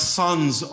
sons